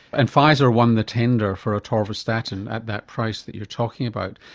and pfizer won the tender for atorvastatin at that price that you're talking about.